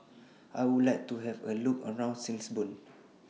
I Would like to Have A Look around Lisbon